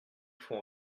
faut